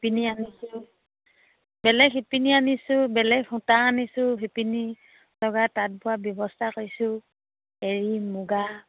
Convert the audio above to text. শিপিনী আনিছোঁ বেলেগ শিপিনী আনিছোঁ বেলেগ সূতা আনিছোঁ শিপিনী লগাই তাঁত বোৱা ব্যৱস্থা কৰিছোঁ এৰি মুগা